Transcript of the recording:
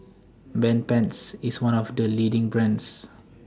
Bedpans IS one of The leading brands